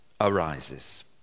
arises